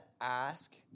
ask